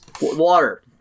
Water